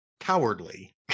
Cowardly